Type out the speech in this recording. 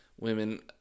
women